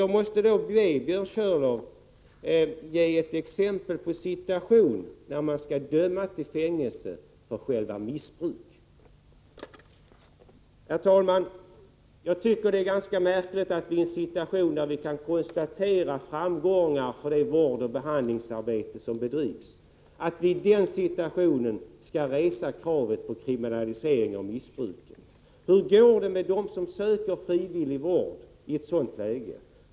Jag måste be Björn Körlof att ge ett exempel på en situation när någon skall dömas till fängelse för själva missbruket. Herr talman! I en situation där vi kan konstatera framgångar för det vårdoch behandlingsarbete som bedrivs, är det märkligt att man reser kravet på kriminalisering av missbruket. Hur går det med dem som söker frivillig vård i ett sådant läge?